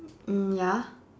mm ya